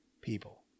people